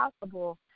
possible